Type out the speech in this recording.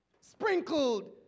Sprinkled